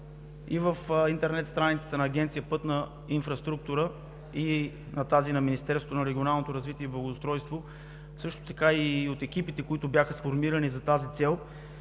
и в интернет страницата на Агенция „Пътна инфраструктура“, и в тази на Министерството на регионалното развитие и благоустройството, също така и от екипите, които бяха сформирани за тази цел,